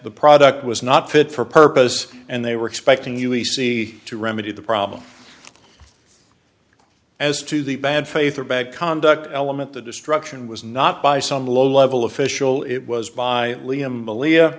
the product was not fit for purpose and they were expecting u e c to remedy the problem as to the bad faith or bad conduct element the destruction was not by some low level official it was by william beli